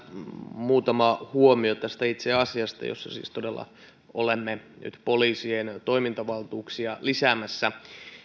muutama huomio tästä itse asiasta jossa siis todella olemme nyt poliisien toimintavaltuuksia lisäämässä